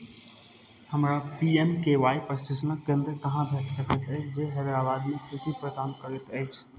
हमरा P M K Y प्रशिक्षणक केन्द्र कहाँ भेट सकैत अछि जे हैदराबादमे कृषि प्रदान करैत अछि